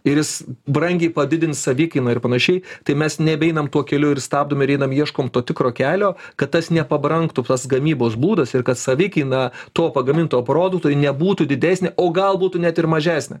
ir jis brangiai padidins savikainą ir panašiai tai mes nebeinam tuo keliu ir stabdom ir einam ieškom to tikro kelio kad tas nepabrangtų tas gamybos būdas ir kad savikaina to pagaminto produkto ji nebūtų didesnė o gal būtų net ir mažesnė